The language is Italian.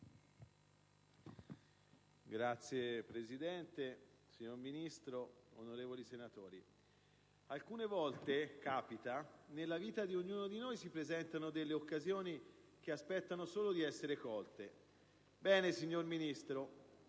Signora Presidente, signor Ministro, onorevoli senatori, alcune volte capita che nella vita di ognuno di noi si presentino occasioni che aspettano solo di essere colte. Bene, signor Ministro,